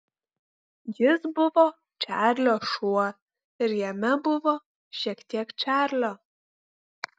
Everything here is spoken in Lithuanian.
jis buvo čarlio šuo ir jame buvo šiek tiek čarlio